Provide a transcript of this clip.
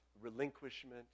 relinquishment